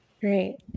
Great